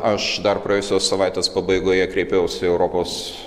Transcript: aš dar praėjusios savaitės pabaigoje kreipiaus į europos